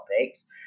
topics